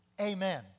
Amen